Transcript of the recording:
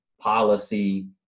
policy